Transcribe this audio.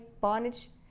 bondage